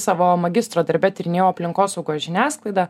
savo magistro darbe tyrinėjau aplinkosaugos žiniasklaidą